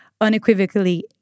unequivocally